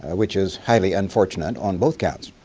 which is highly unfortunate on both counts.